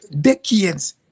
decades